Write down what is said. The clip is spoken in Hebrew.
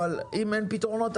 אבל אם אין פתרונות,